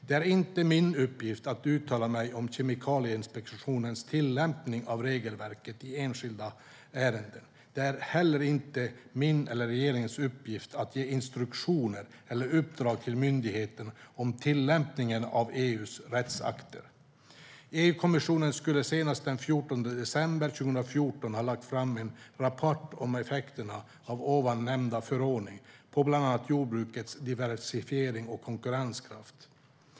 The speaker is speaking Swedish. Det är inte min uppgift att uttala mig om Kemikalieinspektionens tillämpning av regelverket i enskilda ärenden. Det är heller inte min eller regeringens uppgift att ge instruktioner eller uppdrag till myndigheten om tillämpningen av EU:s rättsakter. EU-kommissionen skulle senast den 14 december 2014 ha lagt fram en rapport om effekterna av ovan nämnda förordning på bland annat jordbrukets diversifiering och konkurrenskraft.